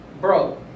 Bro